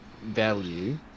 value